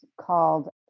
called